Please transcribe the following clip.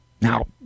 Now